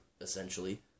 essentially